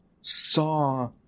saw